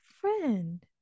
friend